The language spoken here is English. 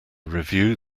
review